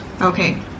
Okay